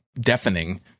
deafening